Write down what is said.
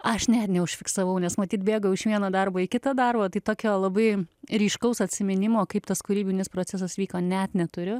aš net neužfiksavau nes matyt bėgau iš vieno darbo į kitą darbą tai tokio labai ryškaus atsiminimo kaip tas kūrybinis procesas vyko net neturiu